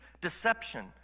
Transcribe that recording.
deception